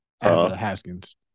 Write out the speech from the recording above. Haskins